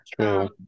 True